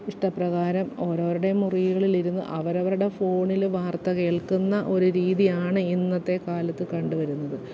ഇഷ്ടപ്രകാരം ഒരോര്ടെയും മുറികളിലിരുന്ന് അവരവരുടെ ഫോണില് വാർത്ത കേൾക്കുന്ന ഒരു രീതിയാണ് ഇന്നത്തെക്കാലത്ത് കണ്ടു വരുന്നത്